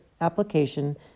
application